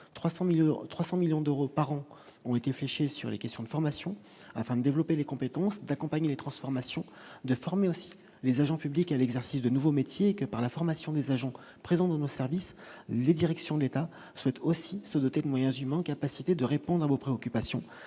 300 millions d'euros par an ont été flashé sur les questions de formation afin d'développer les compétences d'accompagner les transformations de former aussi les agents publics à l'exercice de nouveaux métiers que par la formation des agents présents dans nos services des directions de l'État souhaite aussi se doter de moyens humains en capacité de répondre à vos préoccupations,